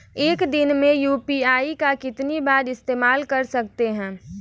एक दिन में यू.पी.आई का कितनी बार इस्तेमाल कर सकते हैं?